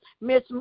Miss